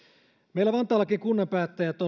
meillä vantaallakin me kunnan päättäjät